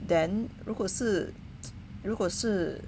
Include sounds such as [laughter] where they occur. then 如果是 [breath] 如果是